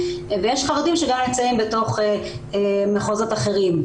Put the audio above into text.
ויש חרדים שגם נמצאים בתוך מחוזות אחרים,